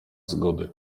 zgody